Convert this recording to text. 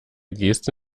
geste